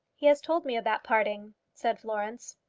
he has told me of that parting, said florence.